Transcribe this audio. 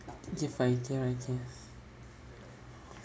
keep finding right ~ kay